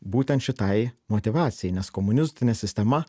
būtent šitai motyvacijai nes komunistinė sistema